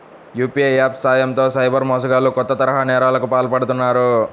UPI apps సాయంతో cyber మోసగాళ్లు కొత్త తరహా నేరాలకు పాల్పడుతున్నారు